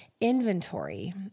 inventory